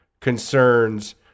concerns